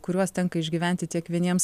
kuriuos tenka išgyventi tiek vieniems